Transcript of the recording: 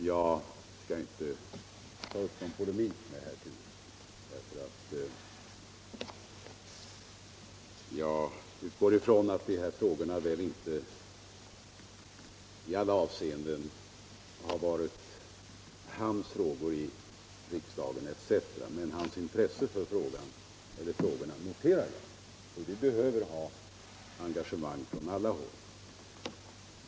Jag skall inte ta upp någon polemik med herr Turesson, för jag utgår ifrån att de här frågorna har väl inte i alla avseenden varit hans frågor i riksdagen. Herr Turessons intresse för frågorna noterar jag emellertid — vi behöver ha engagemang från alla håll.